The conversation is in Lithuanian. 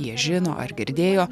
jie žino ar girdėjo